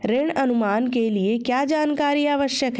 ऋण अनुमान के लिए क्या जानकारी आवश्यक है?